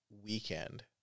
Weekend